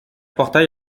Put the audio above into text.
portail